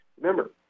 Remember